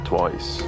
Twice